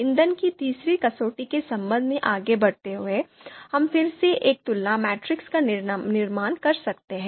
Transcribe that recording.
ईंधन की तीसरी कसौटी के संबंध में आगे बढ़ते हुए हम फिर से एक तुलना मैट्रिक्स का निर्माण कर सकते हैं